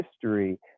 history